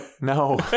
No